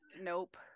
Nope